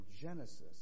Genesis